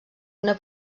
una